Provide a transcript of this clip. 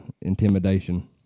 intimidation